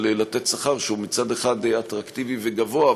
לתת שכר שהוא מצד אחד אטרקטיבי וגבוה,